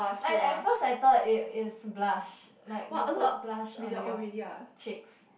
I at first I thought it is blush like you put blush on your cheeks